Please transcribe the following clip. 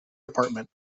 department